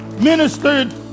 ministered